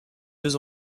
deux